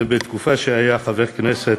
ובתקופה שהיה חבר הכנסת,